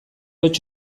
hots